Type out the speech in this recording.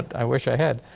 i wish i had,